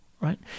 right